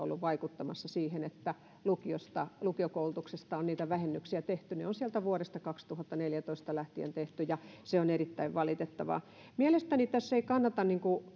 ollut vaikuttamassa siihen että lukiokoulutuksesta on niitä vähennyksiä tehty ne on sieltä vuodesta kaksituhattaneljätoista lähtien tehty ja se on erittäin valitettavaa mielestäni tässä ei kannata